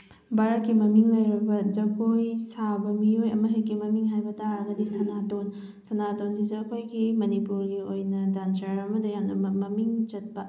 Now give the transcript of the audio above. ꯚꯥꯔꯠꯀꯤ ꯃꯃꯤꯡ ꯂꯩꯔꯕ ꯖꯒꯣꯏ ꯁꯥꯕ ꯃꯤꯑꯣꯏ ꯑꯃꯈꯛꯀꯤ ꯃꯃꯤꯡ ꯍꯥꯏꯕ ꯇꯥꯔꯒꯗꯤ ꯁꯅꯥꯇꯣꯟ ꯁꯅꯥꯇꯣꯟꯁꯤꯁꯨ ꯑꯩꯈꯣꯏꯒꯤ ꯃꯅꯤꯄꯨꯔꯒꯤ ꯑꯣꯏꯅ ꯗꯥꯟꯁꯔ ꯑꯃꯗ ꯌꯥꯝꯅ ꯃꯃꯤꯡ ꯆꯠꯄ